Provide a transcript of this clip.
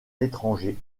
l’étranger